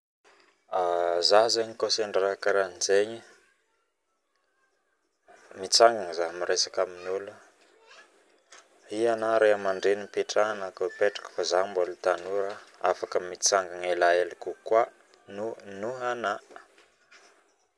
Zaho koa sendra raha karahanjegny e mitsahgan zaho miresaka aminolo io ana Raiamandreny mipetraha ana ko ipetraka ana kia ipetraka fa zaho mbola tanora afaka Mitsangana elaela kokoa no noho ana